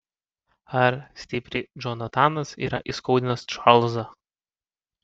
ar stipriai džonatanas yra įskaudinęs čarlzą